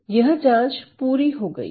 यह जांच पूरी हो गई है